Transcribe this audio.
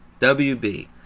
WB